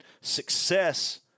Success